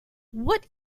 what